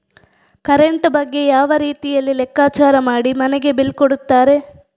Current ಬಗ್ಗೆ ಯಾವ ರೀತಿಯಲ್ಲಿ ಲೆಕ್ಕಚಾರ ಮಾಡಿ ಮನೆಗೆ ಬಿಲ್ ಕೊಡುತ್ತಾರೆ?